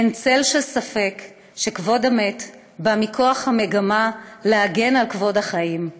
אין צל של ספק שכבוד המת בא מכוח המגמה להגן על כבוד החיים,